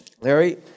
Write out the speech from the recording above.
Larry